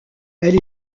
elle